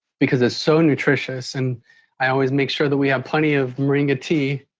because it's so nutritious and i always make sure that we have plenty of moringa tea,